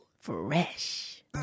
Fresh